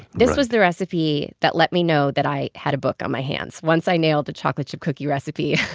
this was the recipe that let me know that i had a book on my hands once i nailed the chocolate chip cookie recipe